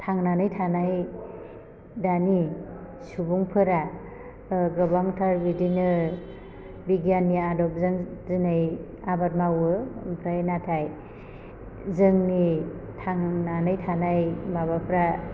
थांनानै थानाय दानि सुबुंफोरा गोबांथार बिदिनो बिगियाननि आदबजों दिनै आबाद मावो आमफ्राय नाथाय जोंनि थांनानै थानाय माबाफ्रा